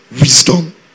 Wisdom